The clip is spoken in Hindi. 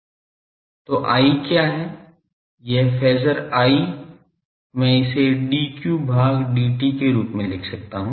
तो I क्या है यह फेज़र I मैं इसे dq भाग dt के रूप में लिख सकता हूं